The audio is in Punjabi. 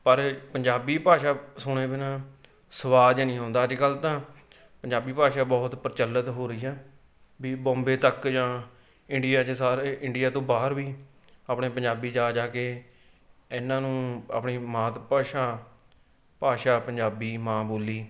ਪਰ ਪੰਜਾਬੀ ਭਾਸ਼ਾ ਸੁਣੇ ਬਿਨਾਂ ਸਵਾਦ ਜਿਹਾ ਨਹੀਂ ਆਉਂਦਾ ਅੱਜ ਕੱਲ੍ਹ ਤਾਂ ਪੰਜਾਬੀ ਭਾਸ਼ਾ ਬਹੁਤ ਪ੍ਰਚੱਲਤ ਹੋ ਰਹੀ ਆ ਵੀ ਬੋਂਬੇ ਤੱਕ ਜਾਂ ਇੰਡੀਆ 'ਚ ਸਾਰੇ ਇੰਡੀਆ ਤੋਂ ਬਾਹਰ ਵੀ ਆਪਣੇ ਪੰਜਾਬੀ ਜਾ ਜਾ ਕੇ ਇਹਨਾਂ ਨੂੰ ਆਪਣੀ ਮਾਤ ਭਾਸ਼ਾ ਭਾਸ਼ਾ ਪੰਜਾਬੀ ਮਾਂ ਬੋਲੀ